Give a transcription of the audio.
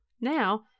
Now